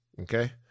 Okay